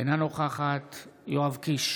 אינה נוכחת יואב קיש,